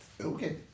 Okay